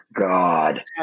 God